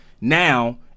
now